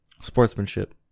Sportsmanship